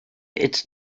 its